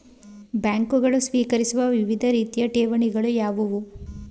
ಬ್ಯಾಂಕುಗಳು ಸ್ವೀಕರಿಸುವ ವಿವಿಧ ರೀತಿಯ ಠೇವಣಿಗಳು ಯಾವುವು?